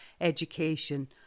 education